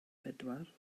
bedwar